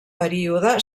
període